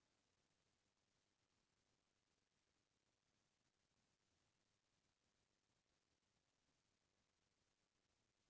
पहिली मनसे मन ह कतको जड़ खेत रहय अपने हाथ में निंदई कोड़ई करय अउ नांगर जोतय